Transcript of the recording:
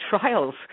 trials